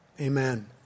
Amen